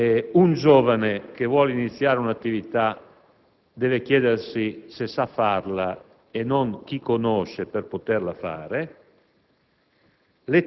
Un giovane che vuole iniziare un'attività deve chiedersi se sa svolgerla e non chi conosce per poterla